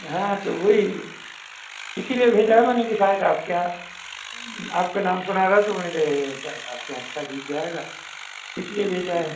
हाँ तो वहीं इसीलिए भेजा है मैंने कि शायद आपके यहाँ आपका नाम सुना था तो मैंने कहा यह शायद आपके यहाँ अच्छा सीख जाएगा इसलिए भेजा है